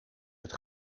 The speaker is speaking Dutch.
het